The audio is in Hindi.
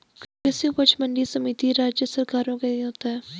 कृषि उपज मंडी समिति राज्य सरकारों के अधीन होता है